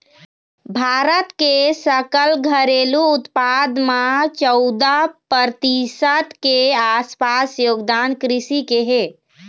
भारत के सकल घरेलू उत्पाद म चउदा परतिसत के आसपास योगदान कृषि के हे